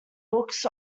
books